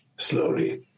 Slowly